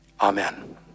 Amen